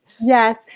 Yes